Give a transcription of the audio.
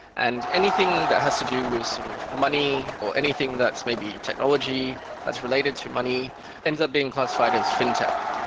and anything that has to do with sort of money or anything that's maybe technology that's related to money ends up being classified as fintech.